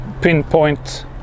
pinpoint